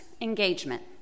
engagement